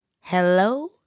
Hello